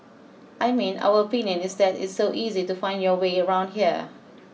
I mean our opinion is that it's so easy to find your way around here